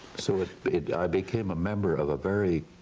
so i became a member of a very